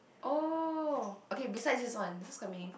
oh okay besides this one this is quite meaningful